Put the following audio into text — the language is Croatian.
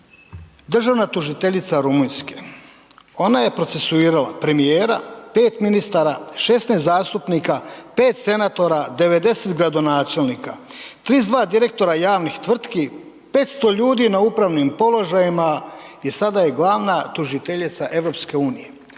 državna tužiteljica Rumunjske. Ona je procesuirala premijera, 5 ministara, 16 zastupnika, 5 senatora, 90 gradonačelnika, 32 direktora javnih tvrtki, 500 ljudi na upravnim položajima i sada je glavna tužiteljica EU.